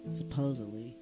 supposedly